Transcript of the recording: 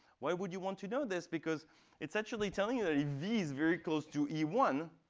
why would you want to know this? because it's actually telling you that if v is very close to e one,